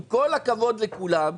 עם כל הכבוד לכולם,